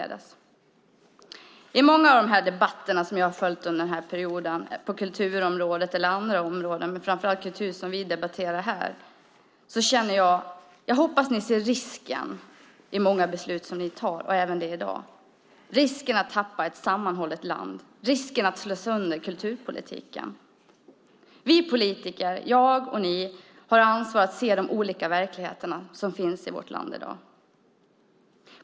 När det gäller många av debatterna på kulturområdet som jag följt genom åren - det gäller även andra områden, men framför allt gäller det kulturen - hoppas jag att ni i majoriteten ser risken med många av de beslut ni fattar. Det gäller även dagens beslut. Jag hoppas ni ser risken att mista ett sammanhållet land, risken att slå sönder kulturpolitiken. Vi politiker, jag och ni, har ansvar för att se de olika verkligheter som finns i vårt land i dag.